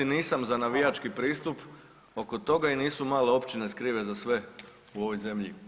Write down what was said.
Nisam za navijački pristup oko toga i nisu male općine krive za sve u ovoj zemlji.